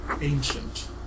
ancient